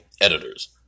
editors